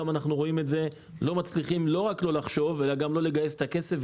לא מצליחים לחשוב וגם לא מצליחים לגייס את הכסף.